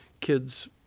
kids